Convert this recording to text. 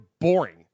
boring